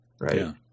Right